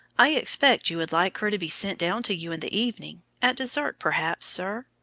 i expect you would like her to be sent down to you in the evening at dessert, perhaps, sir?